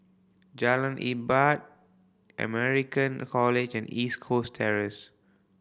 Jalan American College and East Coast Terrace